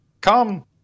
Come